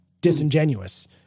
disingenuous